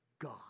God